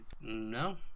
No